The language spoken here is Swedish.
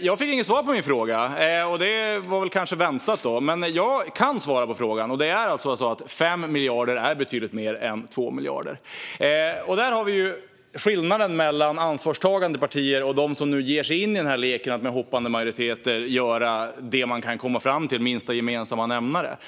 Jag fick inget svar på min fråga, och det var kanske väntat. Men jag kan svara på frågan: 5 miljarder är betydligt mer än 2 miljarder. Där har vi skillnaden mellan ansvarstagande partier och dem som nu ger sig in i leken att med hoppande majoriteter göra det man kan komma fram till - minsta gemensamma nämnare.